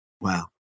Wow